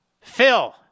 Phil